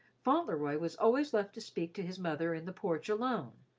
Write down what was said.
fauntleroy was always left to speak to his mother in the porch alone,